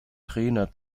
trainer